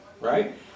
right